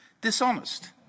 Dishonest